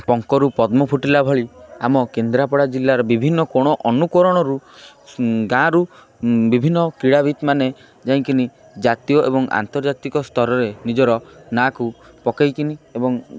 ପଙ୍କରୁ ପଦ୍ମ ଫୁଟିଲା ଭଳି ଆମ କେନ୍ଦ୍ରାପଡ଼ା ଜିଲ୍ଲାର ବିଭିନ୍ନ କୋଣ ଅନୁକୋରଣରୁ ଗାଁରୁ ବିଭିନ୍ନ କ୍ରୀଡ଼ାବିତ ମାନେ ଯାଇକିନି ଜାତୀୟ ଏବଂ ଆନ୍ତର୍ଜାତିକ ସ୍ତରରେ ନିଜର ନାଁକୁ ପକେଇକିନି ଏବଂ